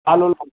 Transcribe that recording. दाल उल